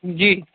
جی